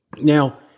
Now